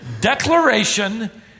declaration